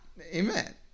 Amen